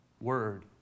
Word